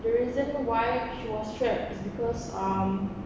the reason why she was trapped is because um